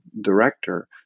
director